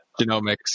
genomics